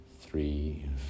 three